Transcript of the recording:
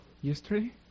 yesterday